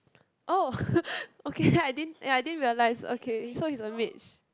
oh okay I didn't ya I didn't realise okay so it's a mage